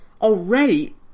already